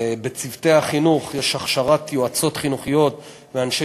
בצוותי החינוך יש הכשרת יועצות חינוכיות ואנשי